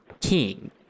King